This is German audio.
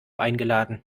eingeladen